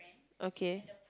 okay